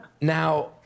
Now